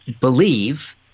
believe